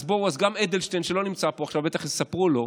אז גם אדלשטיין, שלא נמצא פה עכשיו, בטח יספרו לו: